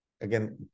again